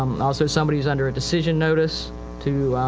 um, also somebody whose under a decision notice to,